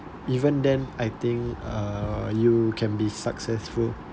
even then I think uh you can be successful